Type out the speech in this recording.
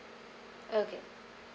okay